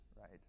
right